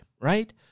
right